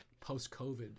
post-COVID